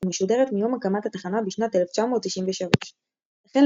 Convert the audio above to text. ומשודרת מיום הקמת התחנה בשנת 1993. החל